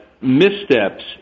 missteps